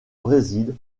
brésil